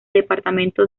departamento